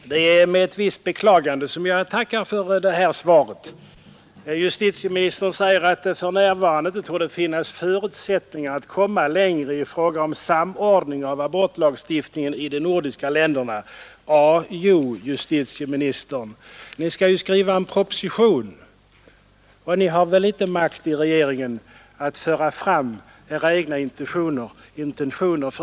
Herr talman! Det är med ett visst beklagande som jag tackar för det lämnade svaret. Justitieministern säger ”att det för närvarande inte torde finnas förutsättningar att komma längre i fråga om samordning av abortlagstiftningen i de nordiska länderna”. Å jo, herr justitieminister, Ni skall ju skriva en proposition i detta ärende, och Ni har väl ändå någon makt i regeringen och kan föra fram Era egna intentioner.